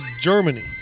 Germany